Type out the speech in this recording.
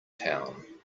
town